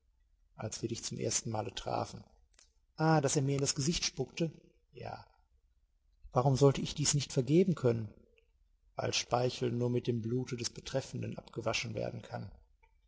als wir dich zum erstenmale trafen ah daß er mir in das gesicht spuckte ja warum sollte ich dies nicht vergeben können weil speichel nur mit dem blute des betreffenden abgewaschen werden kann